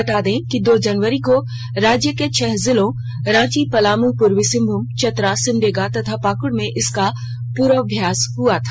बता दें कि दो जनवरी को राज्य के छह जिलों रांची पलाम पूर्वी सिंहभूम चतरा सिमडेगा तथा पाक्ड़ में इसका पूर्वाभ्यास हुआ था